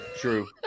True